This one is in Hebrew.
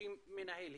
שמנהל,